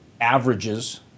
averages